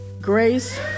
grace